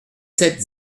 sept